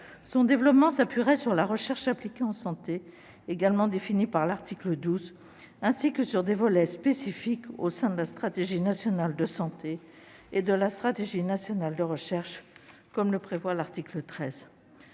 Son développement s'appuierait sur la recherche appliquée en santé, également définie par l'article 12, ainsi que sur des volets spécifiques au sein de la stratégie nationale de santé et de la stratégie nationale de recherche, comme le prévoit l'article 13.